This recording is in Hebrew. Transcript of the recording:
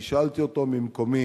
אני שאלתי אותו ממקומי